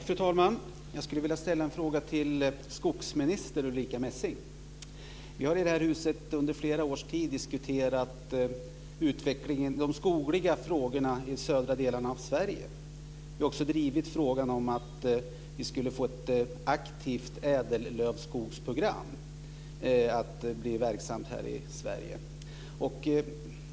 Fru talman! Jag skulle vilja ställa en fråga till skogsminister Ulrica Messing. Vi har ju här i huset under flera års tid diskuterat utvecklingen av de skogliga frågorna i södra delarna av Sverige. Vi har också drivit frågan om att vi skulle få ett aktivt ädellövskogsprogram att bli verksamt här i Sverige.